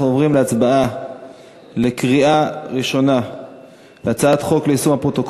אנחנו עוברים להצבעה בקריאה ראשונה על הצעת החוק ליישום הפרוטוקול